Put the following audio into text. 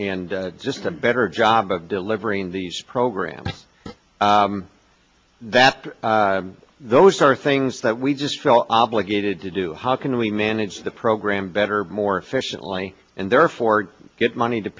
and just a better job of delivering these programs that those are things that we just felt obligated to do how can we manage the program better more efficiently and therefore get money to